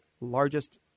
largest